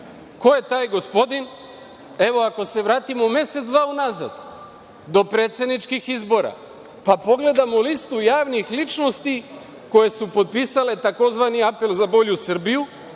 je taj gospodin? Evo, ako se vratimo mesec, dva unazad do predsedničkih izbora, pa pogledamo listu javnih ličnosti koje su potpisale tzv. apel za bolju Srbiju